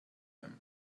them